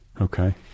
Okay